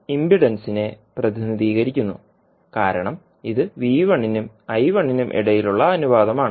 ഇംപെഡൻസിനെ പ്രതിനിധീകരിക്കുന്നു കാരണം ഇത് നും നും ഇടയിലുള്ള അനുപാതമാണ്